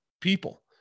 people